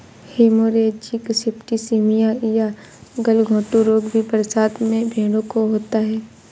haemorrhagic septicaemia या गलघोंटू रोग भी बरसात में भेंड़ों को होता है